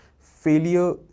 failure